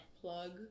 plug